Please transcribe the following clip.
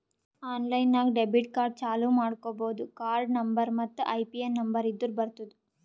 online ನಾಗ್ debit card ಚಾಲೂ ಮಾಡ್ಕೋಬೋದು ಕಾರ್ಡ ನಂಬರ್ ಮತ್ತ್ ಐಪಿನ್ ನಂಬರ್ ಇದ್ದುರ್ ಬರ್ತುದ್